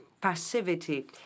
passivity